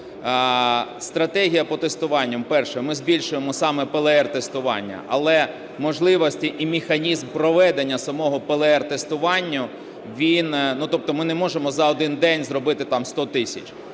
Стратегія по тестуваннях. Перше. Ми збільшуємо саме ПЛР-тестування, але можливості і механізм проведення самого ПЛР-тестування, він… тобто ми не можемо за один день зробити 100 тисяч.